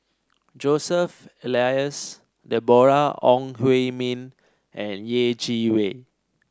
Joseph Elias Deborah Ong Hui Min and Yeh Chi Wei